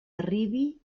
arribi